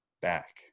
back